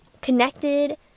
connected